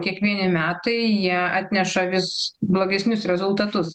kiekvieni metai jie atneša vis blogesnius rezultatus